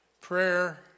prayer